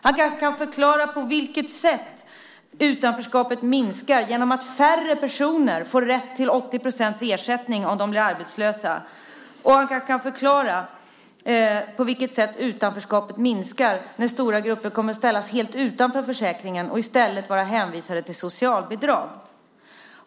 Han kanske kan förklara på vilket sätt utanförskapet minskar genom att färre personer får rätt till 80 % ersättning om de blir arbetslösa. Och han kanske kan förklara på vilket sätt utanförskapet minskar när stora grupper kommer att ställas helt utanför försäkringen och i stället vara hänvisade till socialbidrag.